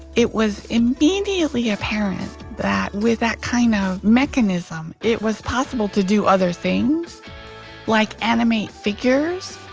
it was immediately apparent that with that kind of mechanism it was possible to do other things like animate figures.